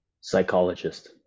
Psychologist